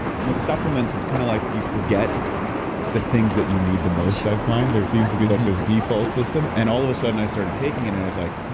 with supplements it's kind of like you forget the things that you need the most. i find there seems to be like this default system and all of a sudden i started taking it and i was like,